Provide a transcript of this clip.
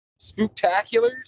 spooktaculars